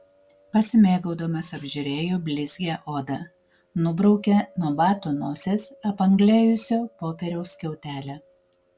pasimėgaudamas apžiūrėjo blizgią odą nubraukė nuo bato nosies apanglėjusio popieriaus skiautelę